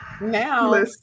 Now